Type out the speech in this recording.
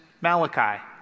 Malachi